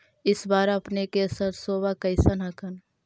इस बार अपने के सरसोबा कैसन हकन?